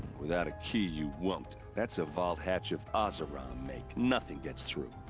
without a key, you won't. that's a vault hatch of oseram make. nothing gets through!